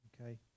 Okay